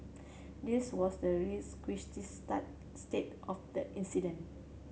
this was the requisite start state of the incident